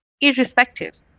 irrespective